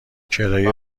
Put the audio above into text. کرایه